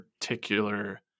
particular